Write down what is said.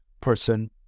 person